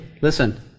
listen